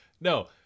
No